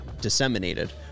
disseminated